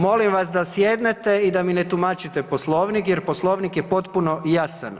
Molim vas da sjednete i da mi ne tumačite Poslovnik, jer Poslovnik je potpuno jasan.